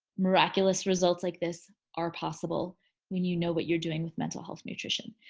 miraculous results like this are possible when you know what you're doing with mental health nutrition.